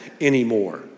anymore